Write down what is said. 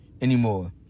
anymore